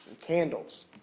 Candles